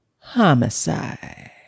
Homicide